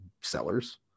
sellers